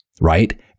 right